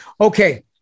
Okay